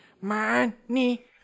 money